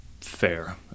Fair